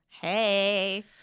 Hey